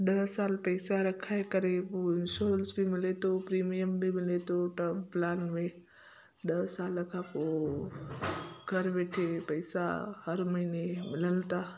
ॾह साल पैसा रखाए करे पोइ इंश्योरेंस बि मिले थो प्रीमियम बि मिले थो ट्रम प्लान में ॾह साल खां पोइ घर वेठे पैसा हर महीने मिलन था